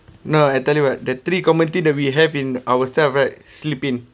no I tell you what the three common thing that we have in ourself right sleeping